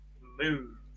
move